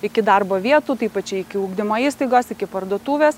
iki darbo vietų tai pačiai iki ugdymo įstaigos iki parduotuvės